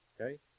Okay